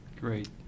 Great